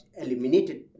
eliminated